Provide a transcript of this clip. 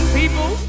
people